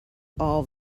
all